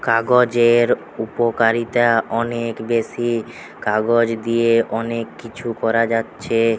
কাগজের উপকারিতা অনেক বেশি, কাগজ দিয়ে অনেক কিছু করা যাচ্ছে